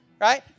right